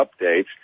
updates